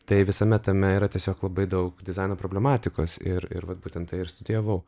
tai visame tame yra tiesiog labai daug dizaino problematikos ir ir vat būtent tai ir studijavau